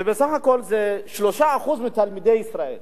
ובסך הכול זה 3% מתלמידי ישראל.